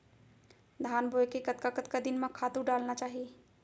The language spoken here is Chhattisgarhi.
धान बोए के कतका कतका दिन म खातू डालना चाही?